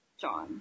John